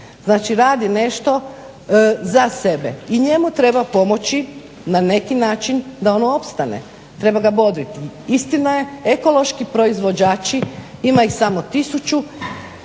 Znači radi nešto za sebe i njemu treba pomoći na neki način da ono opstane, treba ga bodriti. Istina je, ekološki proizvođači, ima ih samo 1000,